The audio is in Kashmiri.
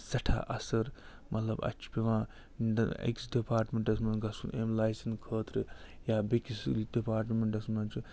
سٮ۪ٹھاہ اثَر مطلب اَسہِ چھِ پٮ۪وان أکِس ڈِپاٹمٮ۪نٛٹَس منٛز گژھُن اَمہِ لایسٮ۪ن خٲطرٕ یا بیٚکِس ڈِپاٹمٮ۪نٛٹَس منٛز چھُ